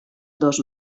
dos